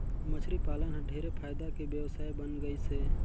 मछरी पालन हर ढेरे फायदा के बेवसाय बन गइस हे